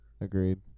agreed